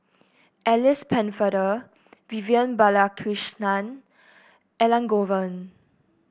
Alice Pennefather Vivian Balakrishnan Elangovan